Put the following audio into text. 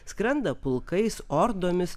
skrenda pulkais ordomis